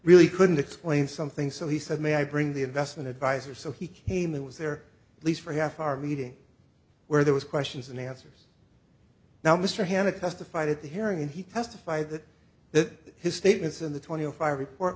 really couldn't explain something so he said may i bring the investment adviser so he came that was there at least for half our meeting where there was questions and answers now mr hanna testified at the hearing and he testified that that his statements in the twenty five report